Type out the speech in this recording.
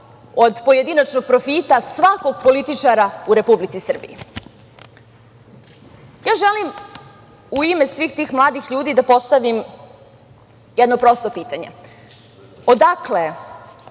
od pojedinačnog profita svakog političara u Republici Srbiji. Želim u ime svih tih mladih ljudi da postavim jedno prosto pitanje – odakle